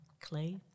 clay